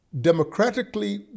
democratically